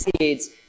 Seeds